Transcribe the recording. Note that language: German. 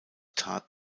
tat